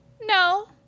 No